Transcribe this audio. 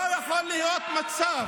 לא יכול להיות משפט,